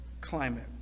climate